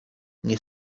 nie